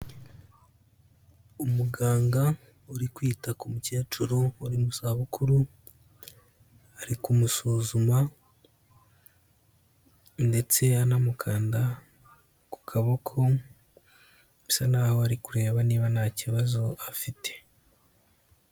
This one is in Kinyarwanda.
Umuganga uri kwita ku mukecuru uri mu zabukuru, ari kumusuzuma ndetse anamukanda ku kaboko, bisa naho ari kureba niba nta kibazo afite.